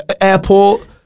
Airport